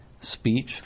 speech